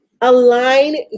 align